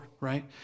right